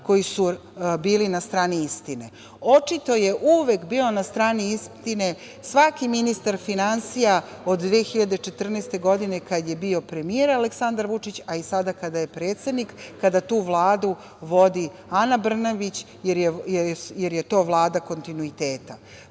koji su bili na strani istine. Očito je uvek bio na strani istine svaki ministar finansija od 2014. godine kada je bio premijer Aleksandar Vučić, a i sada kada je predsednik, kada tu Vladu vodi Ana Brnabić, jer je to Vlada kontinuiteta. Znači,